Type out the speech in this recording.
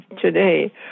today